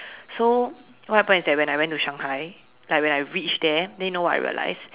so what happened is that when I went to Shanghai like when I reached there then you know what I realized